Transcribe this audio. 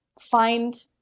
find